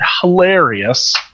hilarious